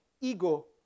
ego